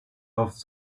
off